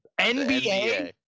NBA